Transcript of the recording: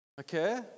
okay